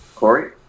Corey